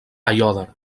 aiòder